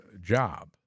job